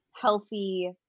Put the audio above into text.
healthy